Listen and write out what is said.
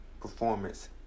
performance